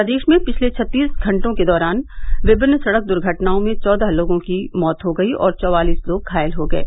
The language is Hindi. प्रदेश में पिछले छत्तीस घंटे के दौरान विभिन्न सड़क दुर्घटनाओं में चौदह लोगों की मौत हो गयी और चौवालीस लोग घायल हो गये